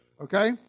Okay